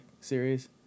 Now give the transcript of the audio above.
series